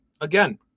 again